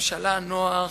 לממשלה נוח.